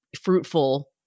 fruitful